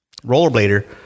rollerblader